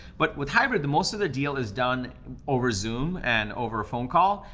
but with hybrid, the most of the deal is done over zoom and over a phone call.